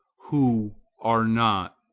who are not.